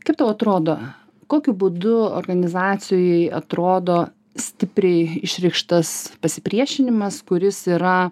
kaip tau atrodo kokiu būdu organizacijoj atrodo stipriai išreikštas pasipriešinimas kuris yra